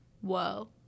Whoa